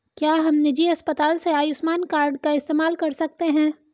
क्या हम निजी अस्पताल में आयुष्मान कार्ड का इस्तेमाल कर सकते हैं?